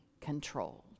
controlled